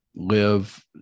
live